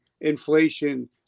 inflation